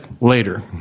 later